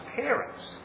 parents